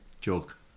Joke